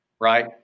right